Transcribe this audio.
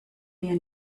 mir